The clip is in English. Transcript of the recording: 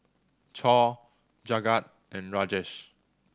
Choor Jagat and Rajesh